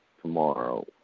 tomorrow